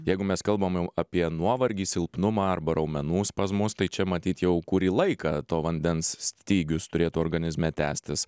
jeigu mes kalbam jau apie nuovargį silpnumą arba raumenų spazmus tai čia matyt jau kurį laiką to vandens stygius turėtų organizme tęstis